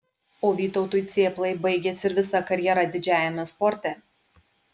o vytautui cėplai baigėsi ir visa karjera didžiajame sporte